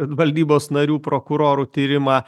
valdybos narių prokurorų tyrimą